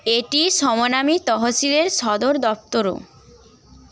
এটি সমনামী তহসিলের সদর দপ্তরও